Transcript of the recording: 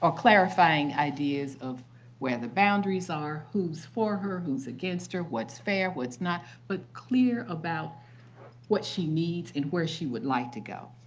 ah clarifying ideas of where the boundaries are, who's for her, who's against her, what's fair, what's not but clear about what she needs and where she would like to go.